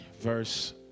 verse